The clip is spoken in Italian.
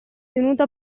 tenuto